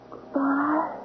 Goodbye